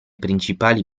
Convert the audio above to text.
principali